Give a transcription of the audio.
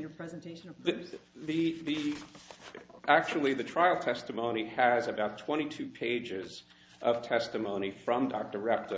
your presentation of the actually the trial testimony has about twenty two pages of testimony from dr wrapped